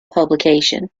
publication